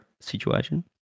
situation